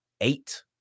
eight